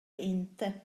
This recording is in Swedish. inte